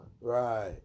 Right